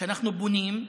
כשאנחנו בונים,